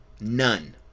None